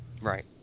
Right